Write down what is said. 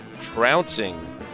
trouncing